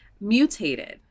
mutated